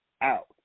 out